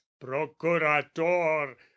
procurator